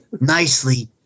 nicely